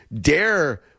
dare